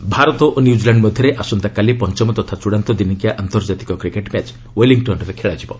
cricket Bharat ଓ New Zealand ମଧ୍ୟରେ ଆସନ୍ତାକାଲି ପଞ୍ଚମ ତଥା ଚୃଡ଼ାନ୍ତ ଦିନିକିଆ ଆନ୍ତର୍ଜାତିକ କ୍ରିକେଟ୍ ମ୍ୟାଚ୍ ଓ୍ୱେଲିଂଟନ୍ରେ ଖେଳାଯିବ